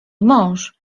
mąż